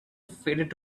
faded